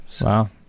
Wow